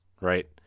Right